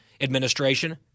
administration